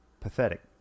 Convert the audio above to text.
Pathetic